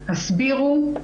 "הסבירו",